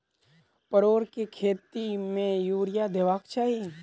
परोर केँ खेत मे यूरिया देबाक चही?